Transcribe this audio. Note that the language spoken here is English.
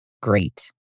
Great